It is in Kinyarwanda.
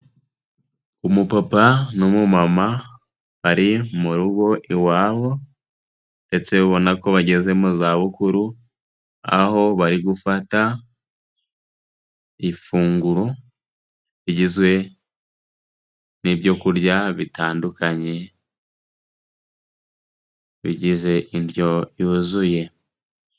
Umupapa n'umumama bari mu rugo iwabo, ndetse ubona ko bageze mu zabukuru, aho bari gufata ifunguro, rigizwe n'ibyo kurya bitandukanye, bigize indyo yuzuye.